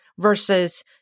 Versus